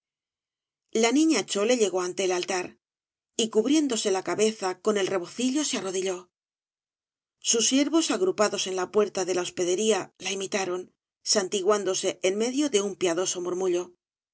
la niña chole llegó ante el altar y cubriéndose la cabeza con el rebocillo se arrodilló sus siervos agrupados en la puerta de la hospedería la imitaron santiguándose en medio de un piadoso murmullo la